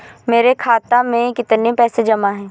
मेरे खाता में कितनी पैसे जमा हैं?